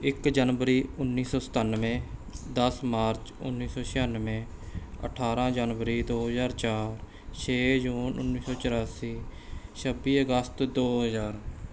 ਇੱਕ ਜਨਵਰੀ ਉੱਨੀ ਸੌ ਸਤਾਨਵੇਂ ਦਸ ਮਾਰਚ ਉੱਨੀ ਸੌ ਛਿਆਨਵੇਂ ਅਠਾਰਾਂ ਜਨਵਰੀ ਦੋ ਹਜ਼ਾਰ ਚਾਰ ਛੇ ਜੂਨ ਉੱਨੀ ਸੌ ਚੁਰਾਸੀ ਛੱਬੀ ਅਗਸਤ ਦੋ ਹਜ਼ਾਰ